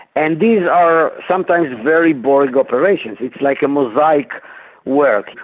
and these are sometimes very boring operations, it's like a mosaic work,